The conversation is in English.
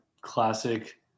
classic